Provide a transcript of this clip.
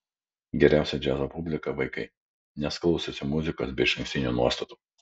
geriausia džiazo publika vaikai nes klausosi muzikos be išankstinių nuostatų